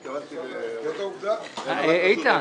איתן,